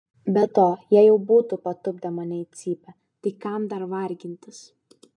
be to jie jau būtų patupdę mane į cypę tai kam dar vargintis